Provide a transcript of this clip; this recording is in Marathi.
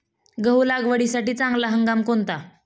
गहू लागवडीसाठी चांगला हंगाम कोणता?